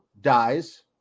dies